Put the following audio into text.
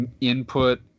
input